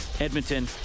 Edmonton